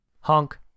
Honk